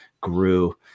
grew